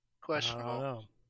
questionable